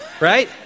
right